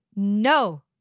No